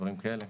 דברים כאלה.